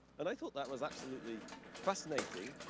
and i thought that was absolutely fascinating.